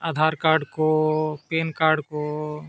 Aadhaar card ᱠᱚ PAN card ᱠᱚ